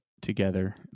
together